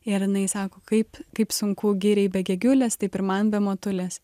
ir jinai sako kaip kaip sunku giriai be gegiulės taip ir man be motulės